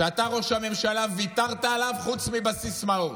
שאתה, ראש הממשלה, ויתרת עליו, חוץ מבסיסמאות,